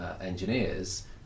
engineers